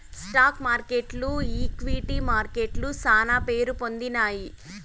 stock మార్కెట్లు equity మార్కెట్లు శానా పేరుపొందినాయి